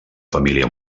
família